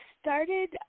started